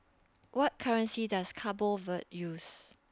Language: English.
What currency Does Cabo Verde use